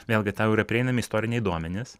vėlgi tau yra prieinami istoriniai duomenys